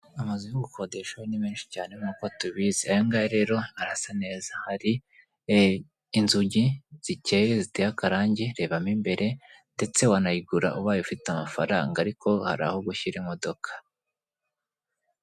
Amazu yo gukodesha yo ni menshi cyane nkuko tubizi, aya ngaya rero arasa neza, hari inzugi zikeye ziteye akarange, reba mo imbere ndetse wanayigura ubaye ufite amafaranga ariko hari aho gushyira imodoka.